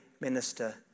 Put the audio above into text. minister